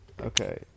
Okay